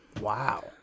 Wow